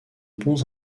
bons